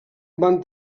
van